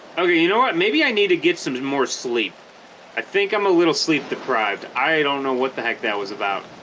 okay you know what maybe i need to get some more sleep i think i'm a little sleep deprived i don't know what the heck that was about